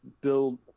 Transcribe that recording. build